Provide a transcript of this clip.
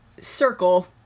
circle